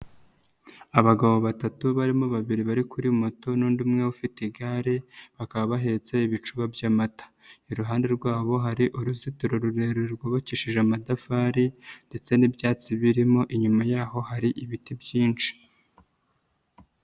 Abagabo batatu barimo babiri bari kuri moto n'undi umwe ufite igare, bakaba bahetse ibicuba by'amata. Iruhande rwabo hari uruzitiro rurerure rwubakishije amatafari ndetse n'ibyatsi birimo, inyuma yaho hari ibiti byinshi.